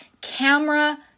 camera